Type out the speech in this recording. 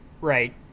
Right